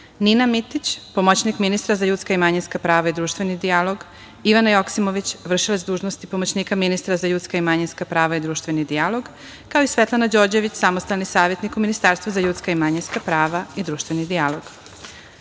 Nina Matić, pomoćnik ministra za ljudska i manjinska prava i društveni dijalog; Ivana Joksimović, vršilac dužnosti pomoćnika ministra za ljudska i manjinska prava i društveni dijalog i Svetlana Đorđević, samostalni savetnik u Ministarstvu za ljudska i manjinska prava i društveni